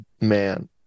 man